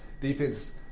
defense